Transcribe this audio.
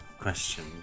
question